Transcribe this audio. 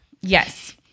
Yes